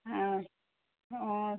ಹಾಂ ಹ್ಞೂ